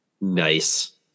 Nice